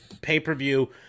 pay-per-view